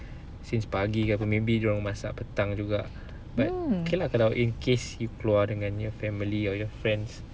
since pagi ke apa maybe dia orang masak petang juga but okay lah kalau in case you keluar dengan your family or your friends